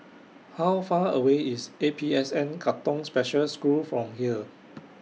How Far away IS A P S N Katong Special School from here